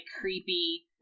creepy